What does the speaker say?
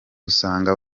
usanga